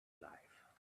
life